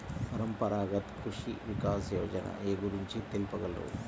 పరంపరాగత్ కృషి వికాస్ యోజన ఏ గురించి తెలుపగలరు?